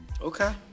Okay